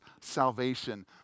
salvation